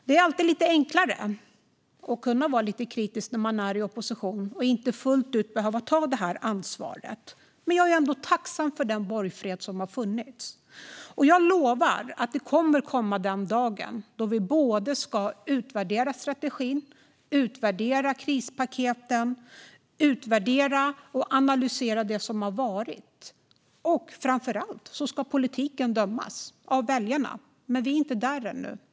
Det är alltid enklare att vara lite kritisk när man är i opposition och inte fullt ut behöver ta det här ansvaret. Men jag är ändå tacksam för den borgfred som har funnits. Och jag lovar att den dag kommer då vi både ska utvärdera strategin, utvärdera krispaketen och utvärdera och analysera det som har varit. Framför allt ska politiken bedömas av väljarna. Men vi är inte där ännu.